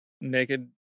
naked